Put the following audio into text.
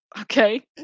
Okay